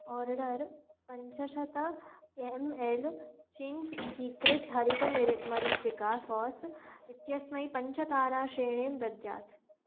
order पञ्चशतम् M L Ching's secret हरितमिरि मरीचिका सोस् इत्यस्मै पञ्चताराश्रेणीं दद्यात्